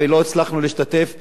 ולא הצלחנו להשתתף בדיון,